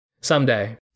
someday